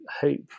hope